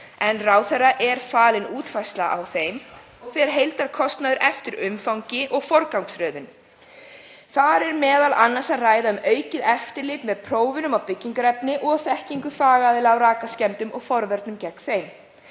en ráðherra er falin útfærsla á þeim og fer heildarkostnaður eftir umfangi og forgangsröðun. Þar er m.a. um að ræða aukið eftirlit með prófunum á byggingarefni og þekkingu fagaðila á rakaskemmdum og forvörnum gegn þeim.